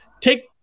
Take